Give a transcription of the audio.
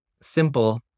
simple